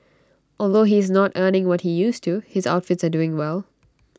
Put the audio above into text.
although he is not earning what he used to his outfits are doing well